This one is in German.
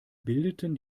bildeten